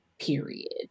period